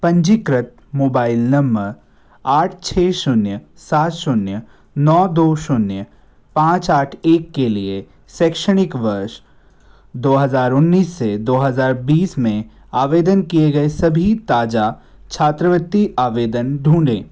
पंजीकृत मोबाइल नम्मअ आठ छः शून्य सात शून्य नौ दो शून्य पाँच आठ एक के लिए शैक्षणिक वर्ष दो हज़ार उन्नीस से दो हज़ार बीस में आवेदन किए गए सभी ताज़ा छात्रवृत्ति आवेदन ढूँढें